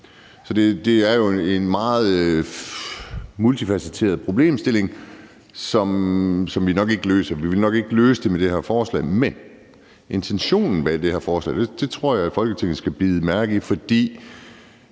er det jo en meget multifacetteret problemstilling, som vi nok ikke vil løse med det her forslag. Men intentionen bag det her forslag tror jeg Folketinget skal bide mærke i, for